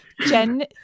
Jen